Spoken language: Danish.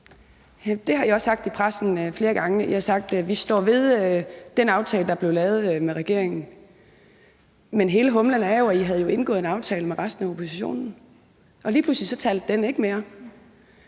Det har I også sagt til pressen flere gange. I har sagt: Vi står ved den aftale, der er blevet lavet med regeringen. Men hele humlen er jo, at I havde indgået en aftale med resten af oppositionen, og lige pludselig talte den ikke mere.